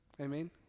Amen